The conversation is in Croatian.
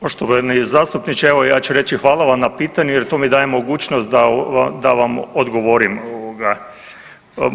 Poštovani zastupniče evo ja ću reći hvala vam na pitanju jer to mi daje mogućnost da vam odgovorim ovoga.